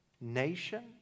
nation